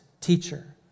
teacher